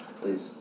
please